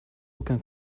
aucun